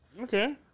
Okay